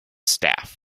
staff